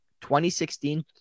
2016